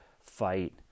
fight